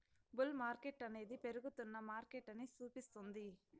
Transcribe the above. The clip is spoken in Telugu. బుల్ మార్కెట్టనేది పెరుగుతున్న మార్కెటని సూపిస్తుంది